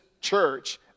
church